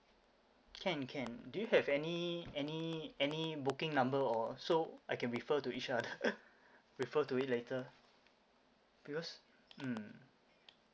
can can do you have any any any booking number or so I can refer to each other refer to it later because mm